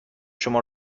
شما